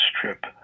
trip